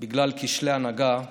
בגלל כשלי הנהגה בקורונה.